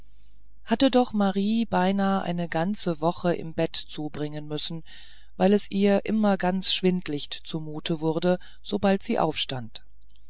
hatte doch marie beinahe eine ganze woche im bett zubringen müssen weil es ihr immer ganz schwindlicht zumute wurde sobald sie aufstand